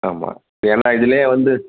ஆமாம் ஏன்னா இதுலையே வந்து